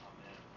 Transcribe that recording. Amen